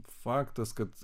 faktas kad